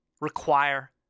require